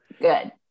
good